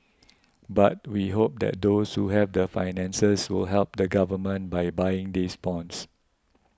but we hope that those who have the finances will help the government by buying these bonds